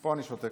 פה אני שותק.